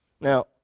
Now